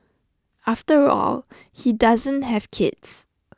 after all he doesn't have kids